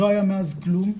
לא היה מאז כלום.